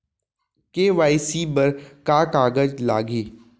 KYC बर का का कागज लागही?